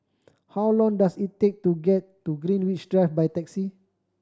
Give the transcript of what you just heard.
how long does it take to get to Greenwich Drive by taxi